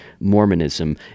Mormonism